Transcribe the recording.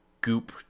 goop